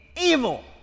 evil